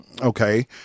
okay